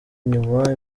inyuma